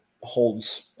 holds